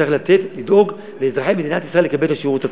צריך לדאוג לאזרחי מדינת ישראל לקבל את השירות הטוב.